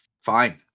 fine